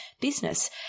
business